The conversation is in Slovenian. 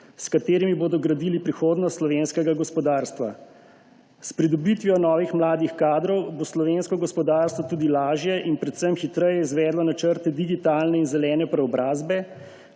s katerimi bodo gradili prihodnost slovenskega gospodarstva. S pridobitvijo novih mladih kadrov bo slovensko gospodarstvo tudi lažje in predvsem hitreje izvedlo načrte digitalne in zelene preobrazbe,